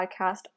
podcast